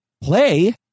play